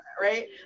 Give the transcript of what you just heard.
right